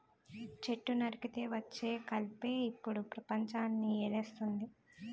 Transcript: చెట్టు నరికితే వచ్చే కలపే ఇప్పుడు పెపంచాన్ని ఏలేస్తంది